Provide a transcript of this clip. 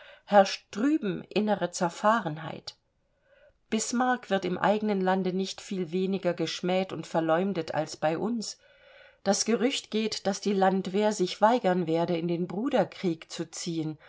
herrscht drüben innere zerfahrenheit bismarck wird im eigenen lande nicht viel weniger geschmäht und verleumdet als bei uns das gerücht geht daß die landwehr sich weigern werde in den bruderkrieg zu ziehen